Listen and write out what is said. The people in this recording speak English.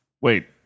Wait